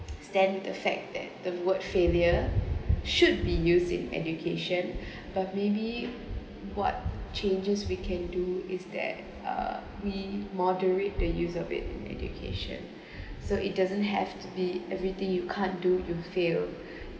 stand the fact that the word failure should be used in education but maybe what changes we can do is that uh we moderate the use of it in education so it doesn't have to be everything you can't do you fail